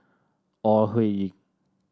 Ore Huiying